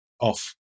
off